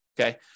Okay